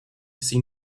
seen